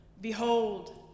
Behold